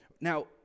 Now